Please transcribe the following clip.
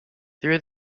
through